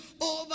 over